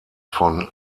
von